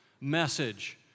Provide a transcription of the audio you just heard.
message